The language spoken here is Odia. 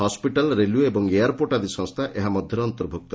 ହସ୍ୱିଟାଲ୍ ରେଲଓଓ ଏବଂ ଏୟାର୍ପୋର୍ଟ୍ ଆଦି ସଂସ୍କା ଏହା ମଧ୍ଧରେ ଅନ୍ତର୍ଭ୍ରକ୍ତ